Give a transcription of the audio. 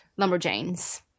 Lumberjanes